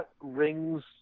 rings